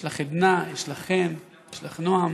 יש לך עדנה, יש לך חן, יש לך נועם,